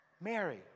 Mary